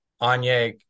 Anya